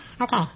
Okay